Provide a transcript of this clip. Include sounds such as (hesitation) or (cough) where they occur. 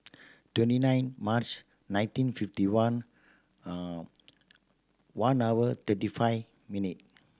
twenty nine March nineteen fifty one (hesitation) one hour thirty five minute